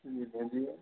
जी भेजिये